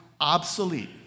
obsolete